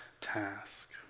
task